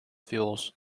fuels